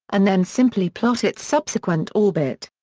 and then simply plot its subsequent orbit.